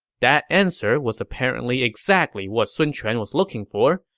that answer was apparently exactly what sun quan was looking for,